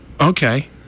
Okay